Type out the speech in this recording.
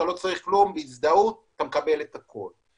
מספיק להזדהות ואתה מקבל את הכול.